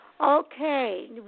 Okay